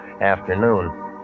afternoon